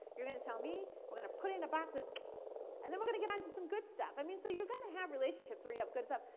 you're going to tell me, we're going to put it in a box and and then we're going to get on to some good stuff. i mean so you're going to have relationships where you have good stuff,